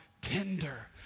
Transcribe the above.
tender